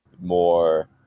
More